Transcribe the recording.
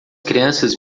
crianças